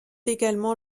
également